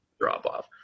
drop-off